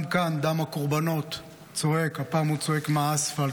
גם כאן דם הקורבנות צועק, הפעם הוא צועק מהאספלט.